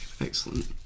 Excellent